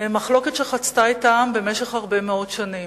מחלוקת שחצתה את העם במשך הרבה מאוד שנים.